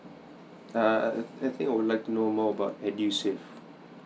uh I I think I would like to know more about edusave